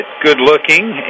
good-looking